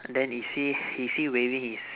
then is he is he waving his